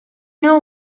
know